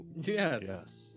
Yes